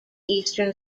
eastern